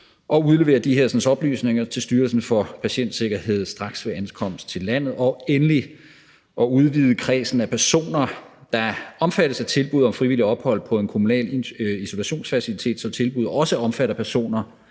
og udlevere de her oplysninger til Styrelsen for Patientsikkerhed straks ved ankomst til landet, og endelig til at udvide kredsen af personer, der er omfattet af tilbud om frivilligt ophold på en kommunal isolationsfacilitet, så tilbuddet også omfatter personer,